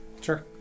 Sure